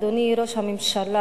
אדוני ראש הממשלה,